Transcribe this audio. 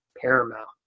Paramount